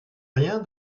rien